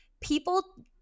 people